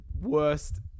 worst